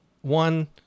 One